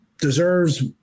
deserves